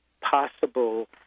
possible